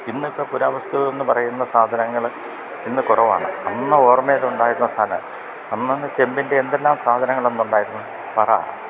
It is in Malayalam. ഇന്നിപ്പോള് പുരാവസ്തു എന്നു പറയുന്ന സാധനങ്ങള് ഇന്നു കുറവാണ് അന്ന് ഓർമ്മയിലുണ്ടായിരുന്ന സാധനം അന്നന്ന് ചെമ്പിൻ്റെ എന്തെല്ലാം സാധനങ്ങളന്നുണ്ടായിരുന്നു പറ